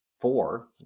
four